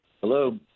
Hello